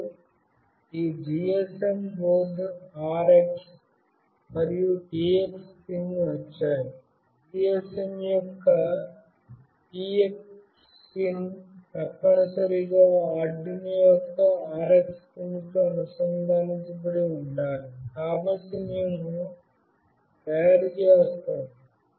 మరియు ఈ GSM బోర్డుకు RX మరియు TX పిన్స్ వచ్చాయి